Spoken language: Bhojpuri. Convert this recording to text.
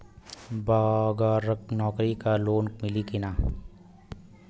बगर नौकरी क लोन मिली कि ना?